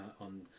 on